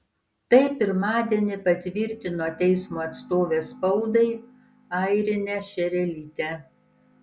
tai pirmadienį patvirtino teismo atstovė spaudai airinė šerelytė